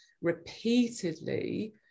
repeatedly